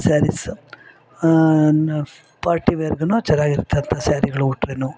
saris party ವೇರ್ಗೂ ಚೆನ್ನಾಗಿರುತ್ತೆ ಅಂಥ ಸ್ಯಾರಿಗಳು ಉಟ್ರೆಯೂ